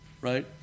right